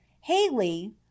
Haley